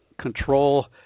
control